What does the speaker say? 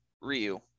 Ryu